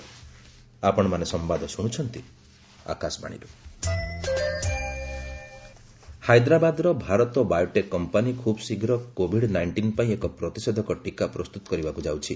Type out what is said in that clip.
Covid nineteen ଟୀକା ହାଇଦ୍ରାବାଦର Bharat biotech company ଖୁବ୍ ଶୀଘ୍ର କୋଭିଡ୍ ନାଇଷ୍ଟିନ୍ ପାଇଁ ଏକ ପ୍ରତିଷେଧକ ଟୀକା ପ୍ରସ୍ତୁତ କରିବାକୁ ଯାଉଛି